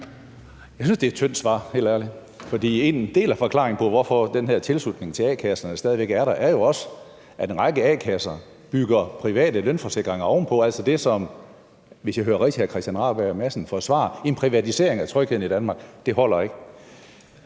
Jeg synes, det er et tyndt svar, helt ærligt! For en del af forklaringen på, hvorfor den her tilslutning til a-kasserne stadig væk er der, er jo også, at en række a-kasser bygger private lønforsikringer ovenpå, altså det, som, hvis jeg hører hr. Christian Rabjerg Madsens svar rigtigt, er en privatisering af trygheden i Danmark. Det holder ikke.